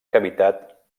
cavitat